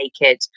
naked